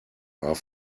are